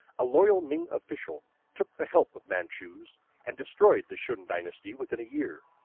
a loyal ming official took the help of manchu's and destroyed the shun dynasty within a year.